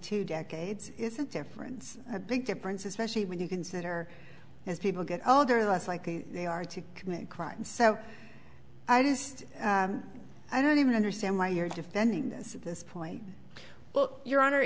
two decades is a difference a big difference especially when you consider as people get older less likely they are to commit crimes so i just i don't even understand why you're defending this at this point well your honor